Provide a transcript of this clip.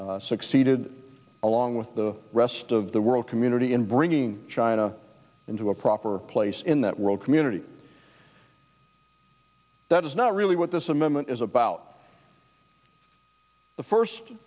arguably succeeded along with the rest of the world community in bringing china into a proper place in that world community that is not really what this amendment is about the first